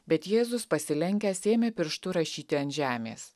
bet jėzus pasilenkęs ėmė pirštu rašyti ant žemės